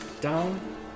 down